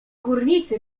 górnicy